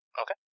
Okay